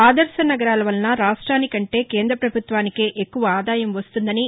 ఆదర్భ నగరాలవలన రాష్ట్వినికంటే కేంద్రప్రభుత్వానికే ఎక్కువ ఆదాయం వస్తుందని